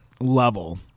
level